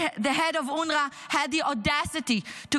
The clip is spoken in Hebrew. The head of UNRWA had the audacity to